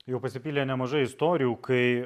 jau pasipylė nemažai istorijų kai